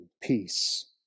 peace